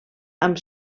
amb